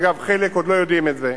אגב, חלק עוד לא יודעים את זה,